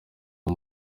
uwo